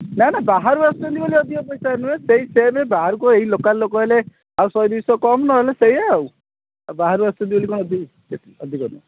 ନା ନା ବାହାରୁ ଆସିଛନ୍ତି ବୋଲି ଅଧିକ ପଇସା ନୁହଁ ସେଇ ସେମ୍ ବାହାରକୁ ଏଇ ଲୋକାଲ୍ ଲୋକ ହେଲେ ଆଉ ଶହେ ଦୁଇ ଶହ କମ୍ ନ ହେଲେ ସେୟା ଆଉ ବାହାରୁ ଆସିଛନ୍ତି ବୋଲି କ'ଣ ଏତେ ଦେବି ଅଧିକ ନୁହଁ